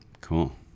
cool